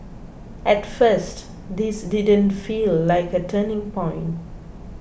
at first this didn't feel like a turning point